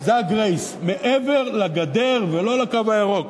זה ה"גרייס", מעבר לגדר ולא ל"קו הירוק".